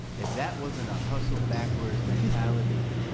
if that wasn't a hustle backwards mentality,